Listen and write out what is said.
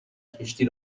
کشتی